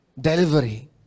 delivery